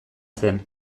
zen